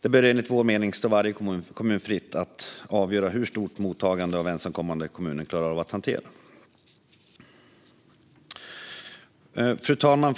Det bör enligt vår mening stå varje kommun fritt att avgöra hur stort mottagande av ensamkommande kommunen klarar av att hantera. Fru talman!